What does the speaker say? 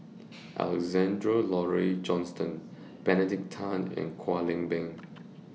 Alexander Laurie Johnston Benedict Tan and Kwek Leng Beng